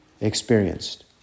experienced